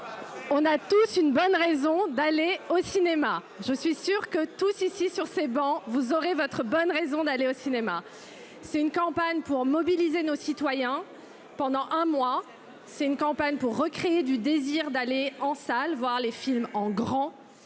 On a tous une bonne raison d'aller au cinéma, je suis sûre que tous, ici, sur ces bancs, vous aurez votre bonne raison d'aller au cinéma, c'est une campagne pour mobiliser nos citoyens pendant un mois, c'est une campagne pour recréer du désir d'aller en salle, voir les films en grand